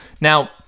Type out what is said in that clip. Now